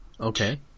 Okay